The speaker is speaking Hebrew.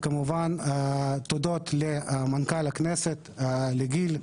כמובן תודות למנכ"ל הכנסת, לגיל,